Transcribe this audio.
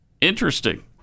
interesting